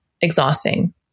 exhausting